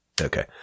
okay